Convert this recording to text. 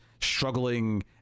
struggling